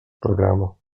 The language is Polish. programu